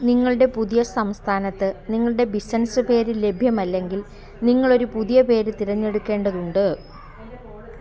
നിങ്ങളുടെ പുതിയ സംസ്ഥാനത്ത് നിങ്ങളുടെ ബിസിനസ് പേര് ലഭ്യമല്ലെങ്കിൽ നിങ്ങളൊരു പുതിയ പേര് തിരഞ്ഞെടുക്കേണ്ടതുണ്ട്